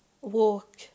walk